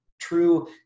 true